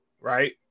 right